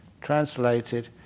translated